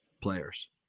players